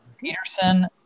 Peterson